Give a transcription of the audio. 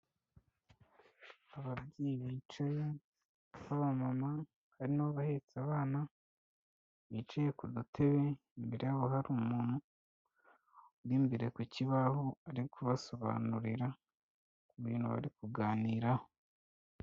Ababyeyi bicaye b'abamama hari n'abahetse abana, bicaye ku dutebe, imbere yabo hari umuntu uri imbere ku kibaho, ari kubasobanurira ibintu bari kuganiraho.